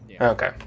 Okay